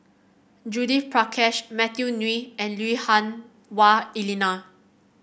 Judith Prakash Matthew Ngui and Lui Hah Wah Elena